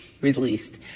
released